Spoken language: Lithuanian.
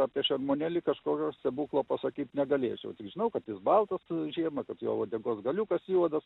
apie šermuonėlį kažkokio stebuklo pasakyt negalėčiau tik žinau kad jis baltas tada žiemą kad jo uodegos galiukas juodas